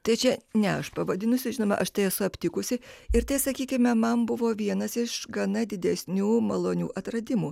tai čia ne aš pavadinusi žinoma aš tai esu aptikusi ir tie sakykime man buvo vienas iš gana didesnių malonių atradimų